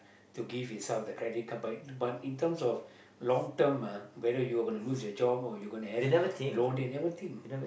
to give itself the credit card but in terms of long term ah whether you are gonna loss your job or you gonna have loan and everything